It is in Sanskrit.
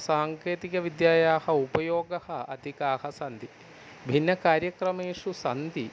साङ्केतिकविद्यायाः उपयोगः अधिकाः सन्ति भिन्नकार्यक्रमेषु सन्ति